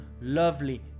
lovely